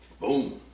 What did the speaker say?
boom